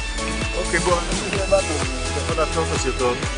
אני חושב שהבנו, אתה יכול לעצור את הסרטון.